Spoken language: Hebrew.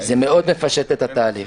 זה מאוד מפשט את התהליך.